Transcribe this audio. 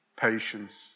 patience